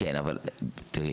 תראי,